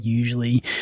Usually